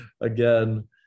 again